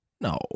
no